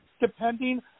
depending